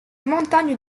montagnes